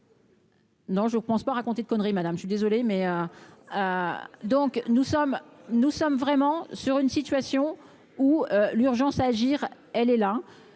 Non, je ne pense pas raconter de conneries, madame, je suis désolé mais. Donc nous sommes, nous sommes vraiment sur une situation où l'urgence à agir, elle est là,